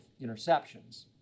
interceptions